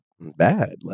bad